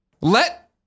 Let